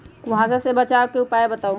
कुहासा से बचाव के उपाय बताऊ?